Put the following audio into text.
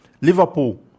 Liverpool